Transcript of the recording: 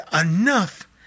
enough